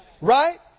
right